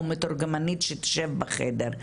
או מתורגמנית שתשב בחדר,